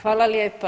Hvala lijepa.